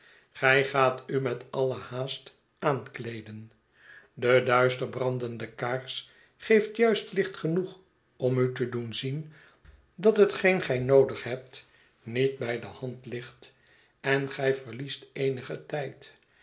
gij gaat u met alle haast aankleeden de duister brandende kaars geeft juist licht genoeg om u te doen zien dat hetgeen gij noodig hebt t i de ochtend diligence niet bij de hand ligt en gij verliest eenigen tijd